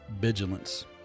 Vigilance